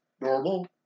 normal